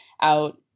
out